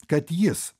kad jis